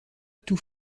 tout